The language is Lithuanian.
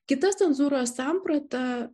kita cenzūros samprata